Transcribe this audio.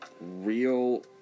real